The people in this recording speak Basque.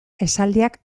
esaldiak